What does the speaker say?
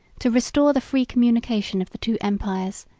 to restore the free communication of the two empires,